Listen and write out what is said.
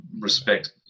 respect